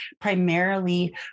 primarily